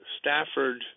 Stafford